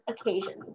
occasions